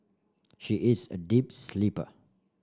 she is a deep sleeper